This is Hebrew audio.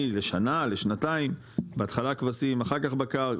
לשנה לשנתיים בהתחלה הכבשים אחר כך בקר,